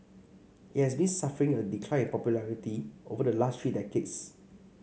it has been suffering a decline in popularity over the last three decades